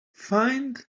find